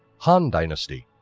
han dynasty